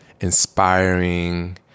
inspiring